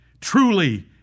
truly